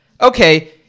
okay